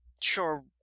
sure